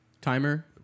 Timer